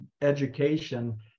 education